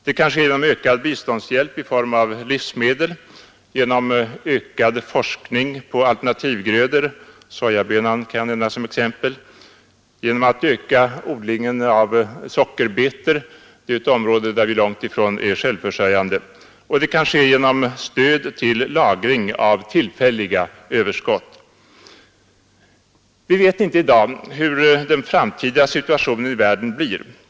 Det kan ske genom ökad biståndshjälp i form av livsmedel, genom ökad forskning på alternativa grödor, där sojabönan kan nämnas såsom exempel, genom ökad odling av sockerbetor — ett område där vi långt ifrån är självförsörjande — och genom lagring av tillfälliga överskott. Vi vet inte i dag hur den framtida situationen i världen blir.